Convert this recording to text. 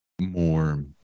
more